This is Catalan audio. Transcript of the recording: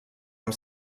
amb